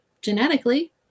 genetically